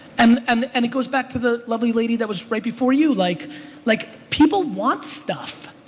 um and and it goes back to the lovely lady that was right before you. like like people want stuff.